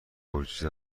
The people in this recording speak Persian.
گرجی